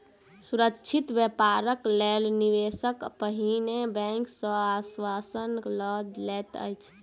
सुरक्षित व्यापारक लेल निवेशक पहिने बैंक सॅ आश्वासन लय लैत अछि